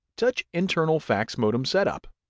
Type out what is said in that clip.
touch internal fax modem setup.